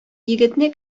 егетне